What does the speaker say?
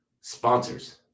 Sponsors